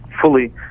fully